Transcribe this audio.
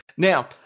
Now